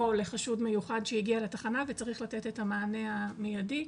או לחשוד מיוחד שהגיע לתחנה וצריך לתת את המענה המיידי,